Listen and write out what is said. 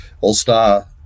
All-Star